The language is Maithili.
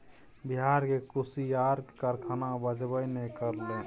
बिहार मे कुसियारक कारखाना बचबे नै करलै